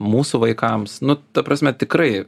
mūsų vaikams nu ta prasme tikrai